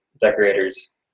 decorators